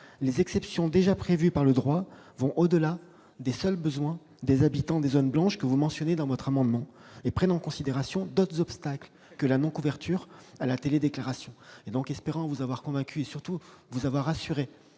Les exceptions déjà prévues par le droit vont au-delà des seuls besoins des habitants des zones blanches que vous mentionnez dans votre amendement et prennent en considération d'autres obstacles à la télédéclaration que la seule non-couverture. Espérant vous avoir convaincue et, surtout, vous avoir rassurée,